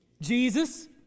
Jesus